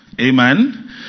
Amen